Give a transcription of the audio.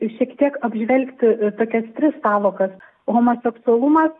šiek tiek apžvelgti tokias tris sąvokas homoseksualumas